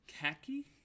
khaki